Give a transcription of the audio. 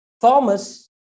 Thomas